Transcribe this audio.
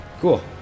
Cool